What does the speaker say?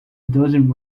dozen